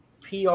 PR